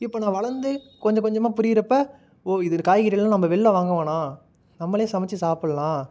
இப்போ நான் வளர்ந்து கொஞ்சம் கொஞ்சமாக புரிகிறப்ப ஓ இது காய்கறிலாம் நம்ம வெளில வாங்க வேணாம் நம்மளே சமைச்சி சாப்பிட்லாம்